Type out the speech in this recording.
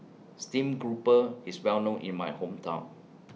Stream Grouper IS Well known in My Hometown